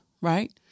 right